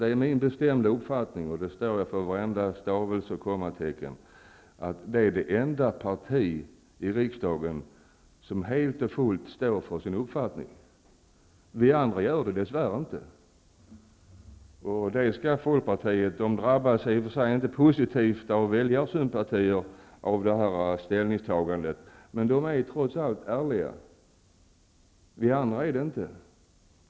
Det är min bestämda uppfattning -- det står jag för, till varenda stavelse och kommatecken -- att det är det enda parti i riksdagen som helt och fullt står för sin uppfattning. Vi andra gör det dessvärre inte. Folkpartiet inhöstar i och för sig inte några väljarsympatier för sina ställningstaganden i de här frågorna, men folkpartisterna är trots allt ärliga -- vi andra är det inte.